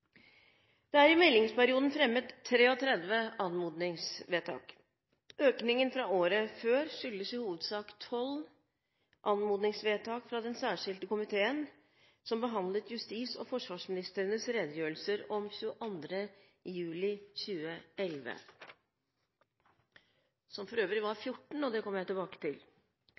Det er i meldingsperioden fremmet 33 anmodningsvedtak. Økningen fra året før skyldes i hovedsak 12 anmodningsvedtak fra den særskilte komiteen som behandlet justisministerens og forsvarsministerens redegjørelse om angrepene 22. juli 2011. Det er for øvrig 14, men det kommer jeg tilbake til.